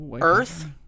Earth